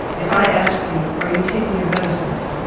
if i ask you are you taking your medicines,